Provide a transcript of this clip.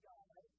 God